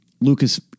Lucas